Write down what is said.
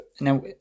now